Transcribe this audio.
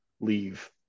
leave